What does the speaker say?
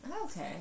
Okay